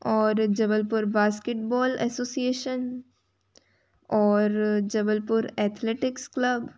और Jabalpur basketball association और Jabalpur athletics club